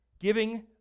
Giving